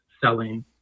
selling